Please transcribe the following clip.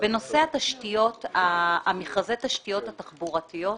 בנושא התשתיות, מכרזי התשתיות התחבורתיות,